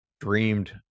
dreamed